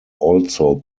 also